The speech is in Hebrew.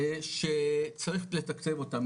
שצריך לתקצב אותם,